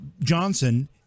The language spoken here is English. Johnson